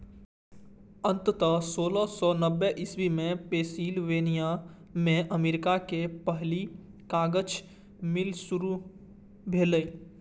अंततः सोलह सय नब्बे इस्वी मे पेंसिलवेनिया मे अमेरिका के पहिल कागज मिल शुरू भेलै